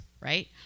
right